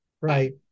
right